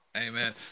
Amen